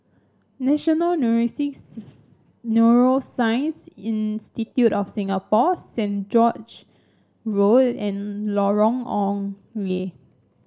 National Neurosix Neuroscience Institute of Singapore Saint George Road and Lorong Ong Lye